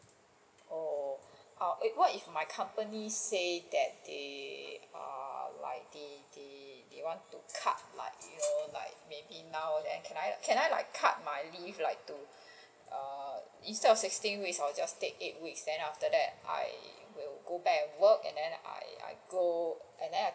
oh err okay what if my company say that they err like they they want to cut like you know like maybe now then can I can I cut my leave like to err instead of sixteen weeks I will just take eight weeks then after that I will go back and work and then I I go and then I